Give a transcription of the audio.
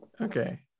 Okay